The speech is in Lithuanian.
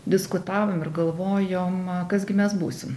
diskutavom ir galvojom kas gi mes būsim